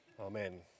Amen